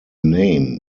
name